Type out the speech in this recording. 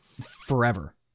forever